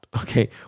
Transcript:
okay